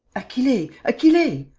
achille, achille!